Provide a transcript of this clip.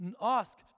ask